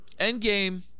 Endgame